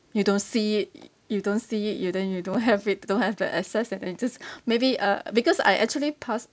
you don't see it y~ you don't see it you then you don't have it you don't have the access and then just maybe uh because I actually pass